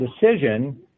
decision